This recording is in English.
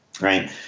Right